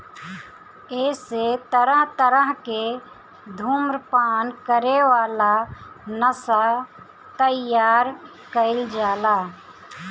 एसे तरह तरह के धुम्रपान करे वाला नशा तइयार कईल जाला